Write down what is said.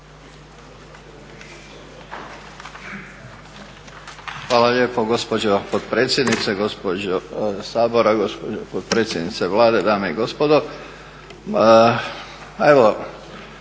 Hvala lijepo gospođo potpredsjednice Sabora, gospođo potpredsjednice Vlade, dame i gospodo.